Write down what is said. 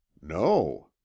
No